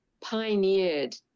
pioneered